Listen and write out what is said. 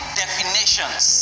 definitions